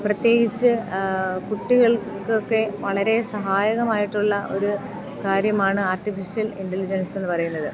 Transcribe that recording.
പ്രത്യേകിച്ചു കുട്ടികൾക്കൊക്കെ വളരെ സഹായകമായിട്ടുള്ള ഒരു കാര്യമാണ് ആർട്ടിഫിഷ്യൽ ഇൻറലിജൻസ് എന്നു പറയുന്നത്